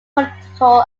political